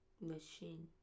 Machine